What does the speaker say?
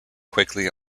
quickly